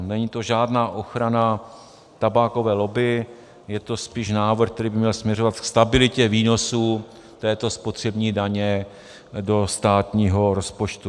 Není to žádná ochrana tabákové lobby, je to spíš návrh, který by měl směřovat ke stabilitě výnosů této spotřební daně do státního rozpočtu.